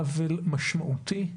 עוול משמעותי,